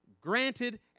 granted